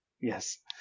yes